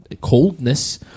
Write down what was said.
coldness